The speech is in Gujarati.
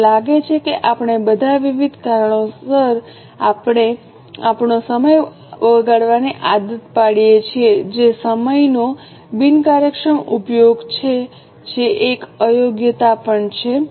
મને લાગે છે કે આપણે બધાં વિવિધ કારણોસર આપણો સમય બગાડવાની આદત પાડીએ છીએ જે સમયનો બિનકાર્યક્ષમ ઉપયોગ છે જે એક અયોગ્યતા પણ છે